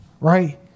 Right